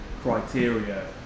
criteria